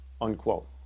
unquote